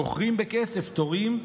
מוכרים בכסף תורים,